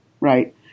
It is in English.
right